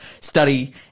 study